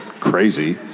crazy